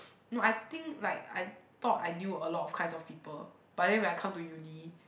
no I think like I thought I knew a lot of kinds of people but then when I come to Uni